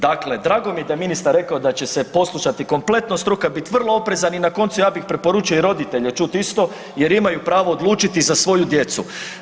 Dakle, drago mi je da je ministar rekao da će se poslušati kompletno struka, bit vrlo oprezan i na koncu ja bih preporučio i roditelje čut isto jer imaju pravo odlučiti za svoju djecu.